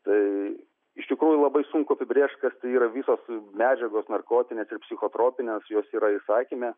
tai iš tikrųjų labai sunku apibrėžti kas tai yra visos medžiagos narkotinės ir psichotropinės jos yra įsakyme